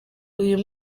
uyu